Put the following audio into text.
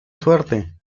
suerte